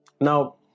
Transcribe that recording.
Now